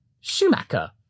Schumacher